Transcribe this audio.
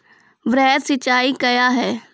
वृहद सिंचाई कया हैं?